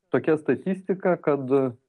tokia statistika kad